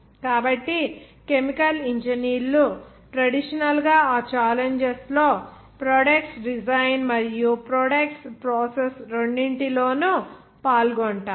కాబట్టి కెమికల్ ఇంజనీర్లు ట్రెడిషనల్ గా ఆ ఛాలెంజెస్ లో ప్రొడక్ట్స్ డిజైన్ మరియు ప్రొడక్ట్స్ ప్రాసెస్ రెండింటిలోనూ పాల్గొంటారు